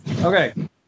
Okay